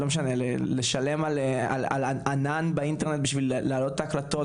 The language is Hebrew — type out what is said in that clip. לשלם על ענן באינטרנט בשביל לעלות את ההקלטות,